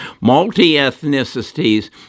multi-ethnicities